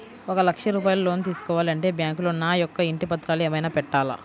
ఒక లక్ష రూపాయలు లోన్ తీసుకోవాలి అంటే బ్యాంకులో నా యొక్క ఇంటి పత్రాలు ఏమైనా పెట్టాలా?